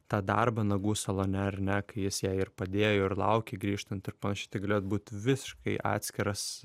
tą darbą nagų salone ar ne jis jai ir padėjo ir laukė grįžtant ir panašiai tai galėjo būt visiškai atskiras